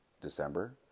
December